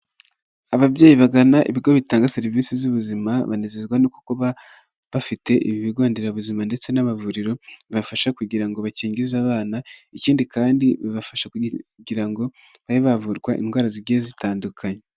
Ababyeyi bagana ibigo bitanga serivisi z'ubuzima, banezezwa no kuba bafite ibigo nderabuzima ndetse n'amavuriro bibafasha kugira ngo bakingize abana, ikindi kandi bibafasha kugira ngo babe bavurwa indwara zigiye zitandukanye.